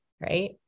right